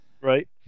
right